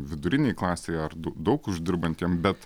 vidurinei klasei ar du daug uždirbantiem bet